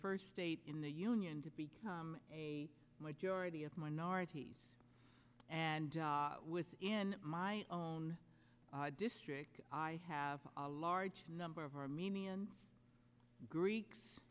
first state in the union to be a majority of minorities and within my own district i have a large number of armenians greeks